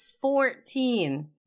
fourteen